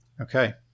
okay